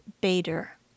Bader